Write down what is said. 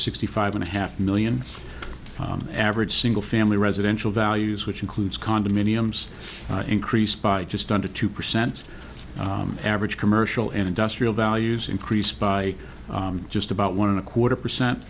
sixty five and a half million on average single family residential values which includes condominiums increased by just under two percent average commercial and industrial values increased by just about one and a quarter percent